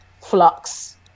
flux